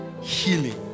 healing